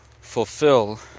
fulfill